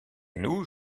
nous